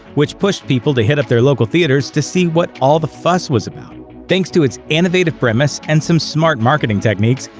which pushed people to hit up their local theaters to see what all the fuss was about. thanks to its innovative premise and some smart marketing techniques,